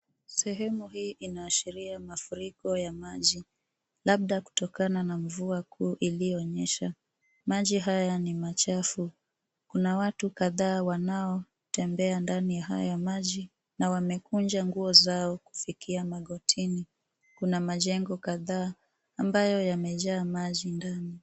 Sehemu hii inaashiria mafuriko ya maji labda kutokana na mvua kuu iliyonyesha. Maji haya ni machafu. Kuna watu kadhaa wanaotembea ndani ya haya maji na wamekunja nguo zao kufikia magotini. Kuna majengo kadhaa ambayo yamejaa maji ndani.